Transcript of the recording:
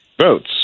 votes